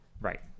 right